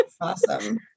Awesome